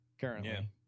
currently